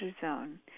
Zone